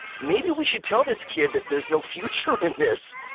maybe we should tell this kid that there's no future in this.